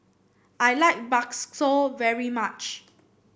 I like bakso very much